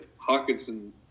Hawkinson